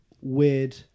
weird